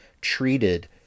treated